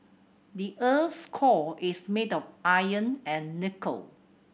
the eart's core is made of iron and nickel